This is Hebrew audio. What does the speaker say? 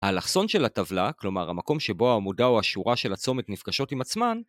אלכסון של הטבלה, כלומר המקום שבו העמודה או השורה של הצומת נפגשות עם עצמן...